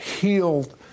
healed